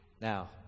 Now